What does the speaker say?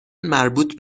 مربوط